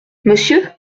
monsieur